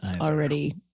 already